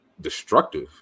destructive